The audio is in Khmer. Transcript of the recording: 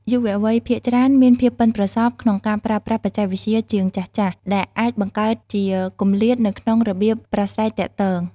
យុវវ័យភាគច្រើនមានភាពប៉ិនប្រសប់ក្នុងការប្រើប្រាស់បច្ចេកវិទ្យាជាងចាស់ៗ ដែលអាចបង្កើតជាគម្លាតនៅក្នុងរបៀបប្រាស្រ័យទាក់ទង។